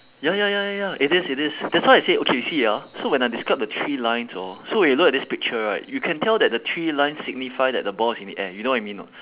ya ya ya ya ya it is it is that's why I say okay you see ah so when I describe the three lines hor so when you look at this picture right you can tell that the three lines signify that the ball is in the air you know what I mean or not